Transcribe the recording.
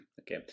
Okay